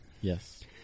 Yes